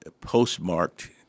postmarked